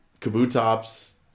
Kabutops